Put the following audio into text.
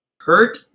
hurt